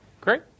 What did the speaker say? Great